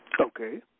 Okay